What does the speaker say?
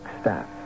staff